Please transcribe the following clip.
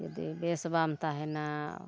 ᱡᱩᱫᱤ ᱵᱮᱥ ᱵᱟᱢ ᱛᱟᱦᱱᱟ